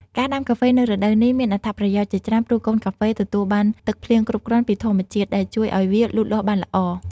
ការដាំកាហ្វេនៅរដូវនេះមានអត្ថប្រយោជន៍ជាច្រើន ព្រោះកូនកាហ្វេទទួលបានទឹកភ្លៀងគ្រប់គ្រាន់ពីធម្មជាតិ ដែលជួយឱ្យវាលូតលាស់បានល្អ។